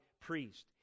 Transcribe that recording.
priest